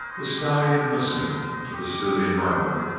the stallion listened to the soothing murmur,